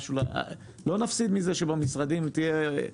לא נפסיד מזה שבמשרדים תהיה,